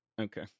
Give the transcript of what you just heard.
Okay